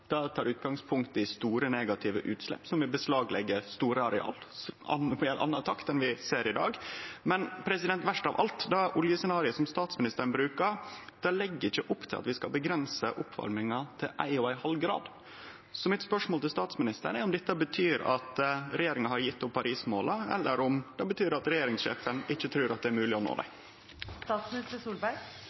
utgangspunkt i store negative utslepp, som vil beslagleggje store areal og ha ei anna takt enn det vi ser i dag. Men verst av alt er det at oljescenarioet som statsministeren brukte, ikkje legg opp til at vi skal avgrense oppvarminga til 1,5 grader. Spørsmålet mitt til statsministeren er om dette betyr at regjeringa har gjeve opp Paris-måla – eller betyr det at regjeringssjefen ikkje trur det er mogleg å nå